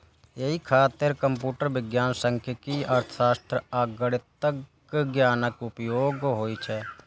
एहि खातिर कंप्यूटर विज्ञान, सांख्यिकी, अर्थशास्त्र आ गणितक ज्ञानक उपयोग होइ छै